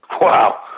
Wow